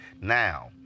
Now